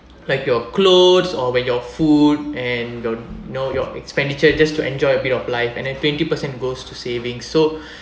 like your clothes or when your food and don't know your expenditure just to enjoy a bit of life and then twenty percent goes to saving so